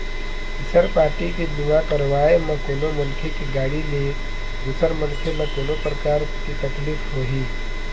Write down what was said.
तिसर पारटी के बीमा करवाय म कोनो मनखे के गाड़ी ले दूसर मनखे ल कोनो परकार के तकलीफ होही